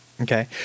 Okay